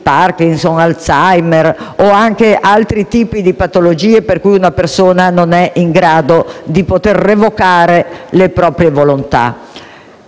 Parkinson, Alzheimer o anche altri tipi di patologie per cui una persona non è in grado di revocare le proprie volontà.